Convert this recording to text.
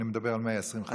אני מדבר על 120 ח"כים.